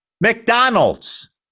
McDonald's